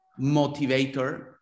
motivator